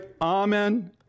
amen